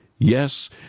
Yes